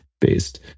based